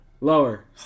Lower